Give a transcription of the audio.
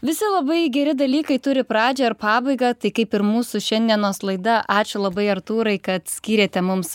visi labai geri dalykai turi pradžią ir pabaigą tai kaip ir mūsų šiandienos laida ačiū labai artūrai kad skyrėte mums